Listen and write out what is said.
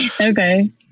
Okay